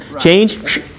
change